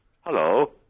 Hello